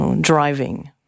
driving